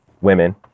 women